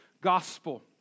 gospel